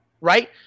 right